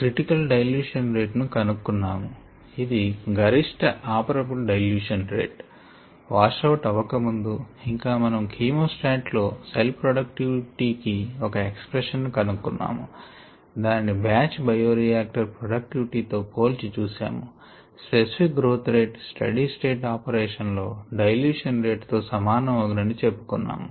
critical dilution rate ను కనుక్కున్నాము ఇది గరిష్ట operable dilution rate wash out అవ్వక ముందు ఇంకా మనం ఖీమో స్టాట్ లో సెల్ ప్రొడక్టివిటీ కి ఒక ఎక్సప్రెషన్ ను కనుక్కున్నాము దానిని బాచ్ బయో రియాక్టర్ ప్రొడక్టివిటీ తో పోల్చి చూశాము specific growth rate steady state operation లో డైల్యూషన్ రేట్ తో సమానం అగునని చెప్పుకున్నాము